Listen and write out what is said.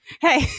Hey